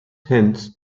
hints